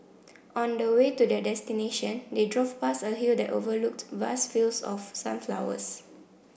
on the way to their destination they drove past a hill that overlooked vast fields of sunflowers